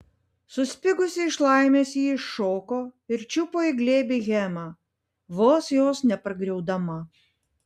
suspigusi iš laimės ji iššoko ir čiupo į glėbį hemą vos jos nepargriaudama